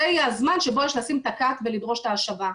זה יהיה הזמן שבו יש לשים את הקאט ולדרוש את ההשבה.